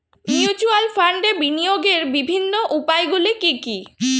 Mutual ফান্ডে বিনিয়োগের বিভিন্ন উপায়গুলি কি কি?